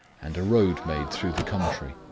and a road made through the country.